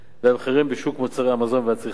והמחירים בשוק מוצרי המזון והצריכה,